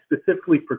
specifically